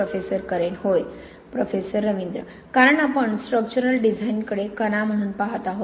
professor Karen होय professor Ravindra कारण आपण स्ट्रक्चरल डिझाइनकडे कणा म्हणून पाहत आहोत